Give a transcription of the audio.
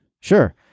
sure